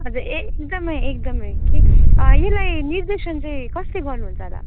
हजुर एकदम एकदम कि यसलाई निर्देशन चाहिँ कसले गर्नु हुन्छ होला